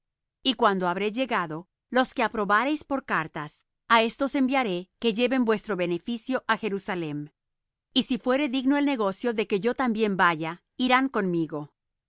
y cuando habré llegado los que aprobareis por cartas á éstos enviaré que lleven vuestro beneficio á jerusalem y si fuere digno el negocio de que yo también vaya irán conmigo